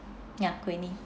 ya queenie